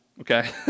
Okay